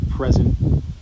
present